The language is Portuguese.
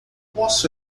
posso